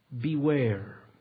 beware